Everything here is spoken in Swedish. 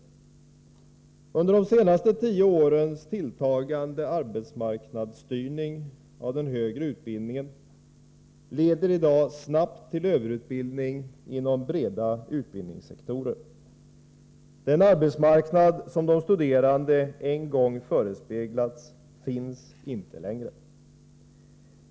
En under de senaste tio åren tilltagande arbetsmarknadsstyrning av den högre utbildningen leder i dag snabbt till överutbildning inom breda utbildningssektorer. Den arbetsmarknad som de studerande en gång förespeglats finns inte längre.